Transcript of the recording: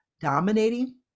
dominating